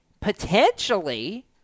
potentially